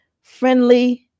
friendly